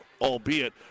albeit